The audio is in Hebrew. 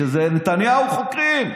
כשזה נתניהו חוקרים.